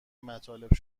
مطالب